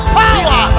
power